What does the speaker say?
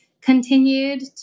continued